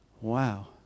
Wow